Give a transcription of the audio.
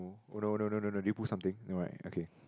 oh no no no no did you put something no right okay